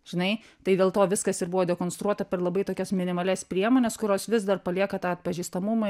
žinai tai dėl to viskas ir buvo dekonstruota per labai tokias minimalias priemones kurios vis dar palieka tą atpažįstamumą